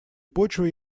почвы